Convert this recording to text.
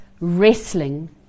wrestling